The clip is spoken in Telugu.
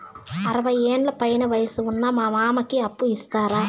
అరవయ్యేండ్ల పైన వయసు ఉన్న మా మామకి అప్పు ఇస్తారా